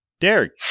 Derek